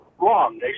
wrong